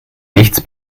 nichts